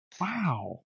Wow